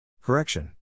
Correction